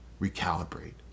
recalibrate